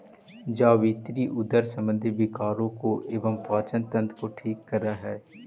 जावित्री उदर संबंधी विकारों को एवं पाचन तंत्र को ठीक करअ हई